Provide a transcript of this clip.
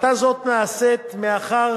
הפחתה זו נעשית מאחר